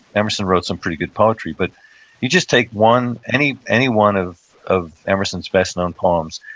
emerson wrote some pretty good poetry, but you just take one, any any one of of emerson's best known poems,